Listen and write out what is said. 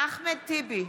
אחמד טיבי,